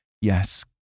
Yes